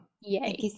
Yay